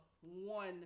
one